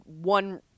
one